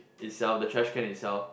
itself the trash can itself